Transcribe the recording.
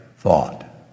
Thought